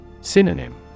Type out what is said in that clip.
Synonym